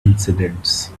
incidents